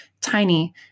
tiny